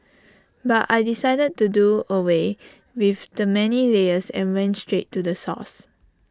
but I decided to do away with the many layers and went straight to the source